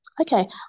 okay